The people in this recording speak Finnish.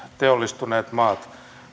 teollistuneet maat